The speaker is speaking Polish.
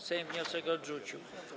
Sejm wniosek odrzucił.